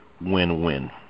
win-win